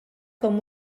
com